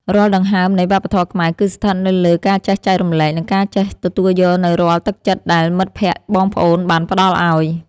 រាល់ដង្ហើមនៃវប្បធម៌ខ្មែរ គឺស្ថិតនៅលើការចេះចែករំលែក និងការចេះទទួលយកនូវរាល់ទឹកចិត្តដែលមិត្តភក្តិបងប្អូនបានផ្តល់ឱ្យ។